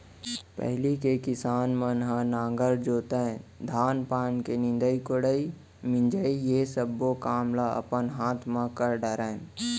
पहिली के किसान मन ह नांगर जोतय, धान पान के निंदई कोड़ई, मिंजई ये सब्बो काम ल अपने हाथ म कर डरय